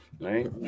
Right